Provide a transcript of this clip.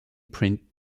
print